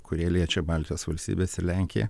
kurie liečia baltijos valstybes ir lenkiją